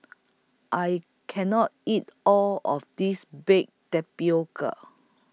I Can not eat All of This Baked Tapioca